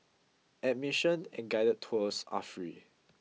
admission and guided tours are free